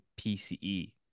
PCE